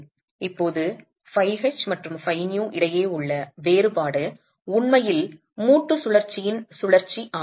இப்போது φh மற்றும் φv இடையே உள்ள வேறுபாடு உண்மையில் மூட்டு சுழற்சியின் சுழற்சி ஆகும்